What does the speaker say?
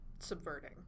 Subverting